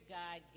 god